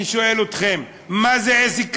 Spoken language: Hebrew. אני שואל אתכם, מה זה עסק קטן?